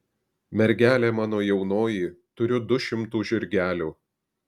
mergelė mano jaunoji turiu du šimtu žirgelių